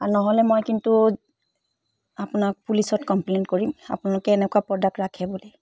আৰু নহ'লে মই কিন্তু আপোনাক পুলিচত কমপ্লেইন কৰিম আপোনালোকে এনেকুৱা প্ৰডাক্ট ৰাখে বুলি